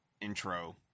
intro